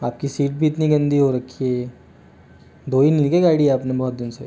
आप की शीट भी इतनी गंदी हो रखी है ये धोई नहीं क्या गाड़ी आप ने बहुत दिन से